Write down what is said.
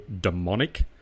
demonic